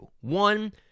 One